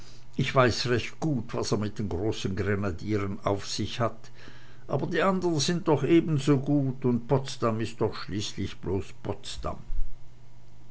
ich weiß recht gut was es mit den großen grenadieren auf sich hat aber die andern sind doch ebensogut und potsdam ist doch schließlich bloß potsdam